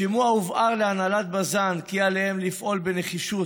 בשימוע הובהר להנהלת בז"ן כי עליהם לפעול בנחישות